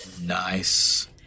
Nice